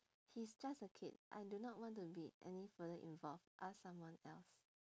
he's just a kid I do not want to be any further involved ask someone else